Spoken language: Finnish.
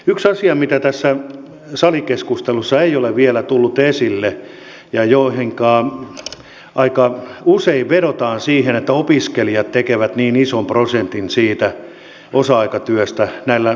yksi asia mikä tässä salikeskustelussa ei ole vielä tullut esille kun aika usein vedotaan siihen että opiskelijat tekevät niin ison prosentin siitä osa aikatyöstä näillä nollasopimuksilla